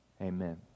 amen